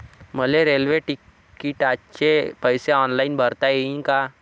मले रेल्वे तिकिटाचे पैसे ऑनलाईन भरता येईन का?